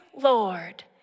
Lord